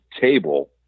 table